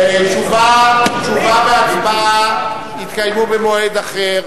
תשובה והצבעה יתקיימו במועד אחר,